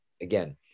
again